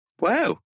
Wow